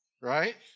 Right